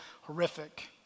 horrific